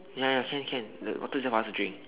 ya ya can can the water is there for us to drink